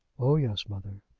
oh, yes, mother.